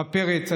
הרב פרץ,